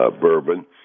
Bourbon